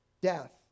death